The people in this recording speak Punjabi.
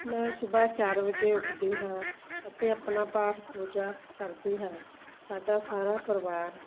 ਮੈਂ ਸੁਬਹਾ ਚਾਰ ਵਜੇ ਉੱਠਦੀ ਹਾਂ ਅਤੇ ਆਪਣਾ ਪਾਠ ਪੂਜਾ ਕਰਦੀ ਹਾਂ ਸਾਡਾ ਸਾਰਾ ਪਰਿਵਾਰ